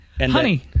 Honey